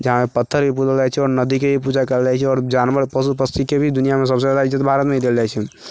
जहाँ पत्थर भी पूजल जाइ छै आओर नदीके भी पूजा कयल जाइ छै आओर जानवर पशु पक्षीके भी दुनिआँमे सभसँ ज्यादा इज्जत भारतमे ही देल जाइ छै